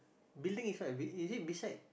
building is what is it beside